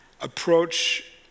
approach